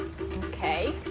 okay